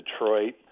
Detroit